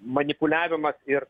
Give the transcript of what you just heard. manipuliavimas ir